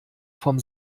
vom